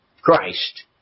Christ